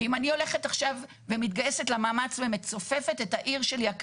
ואם אני הולכת עכשיו ומתגייסת למאמץ ומצופפת את העיר שלי,